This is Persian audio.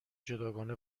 جداگانه